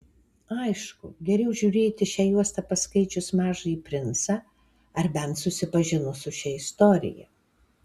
aišku geriau žiūrėti šią juostą paskaičius mažąjį princą ar bent susipažinus su šia istorija